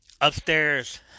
Upstairs